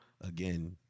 again